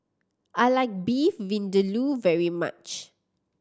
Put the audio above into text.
I like Beef Vindaloo very much